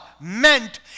meant